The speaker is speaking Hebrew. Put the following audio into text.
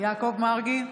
יעקב מרגי,